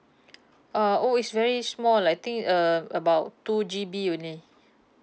uh oh is very small I think um about two G_B only